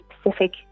specific